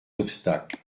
obstacles